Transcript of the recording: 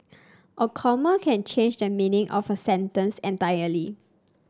a comma can change the meaning of a sentence entirely